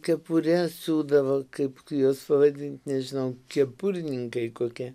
kepures siūdavo kaip juos vadint nežinau kepurininkai kokie